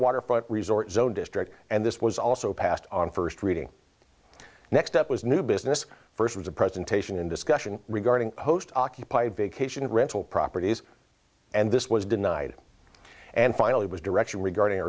waterfront resort zone district and this was also passed on first reading next up was new business first was a presentation in discussion regarding post occupied vacation rental properties and this was denied and finally was direction regarding